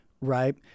right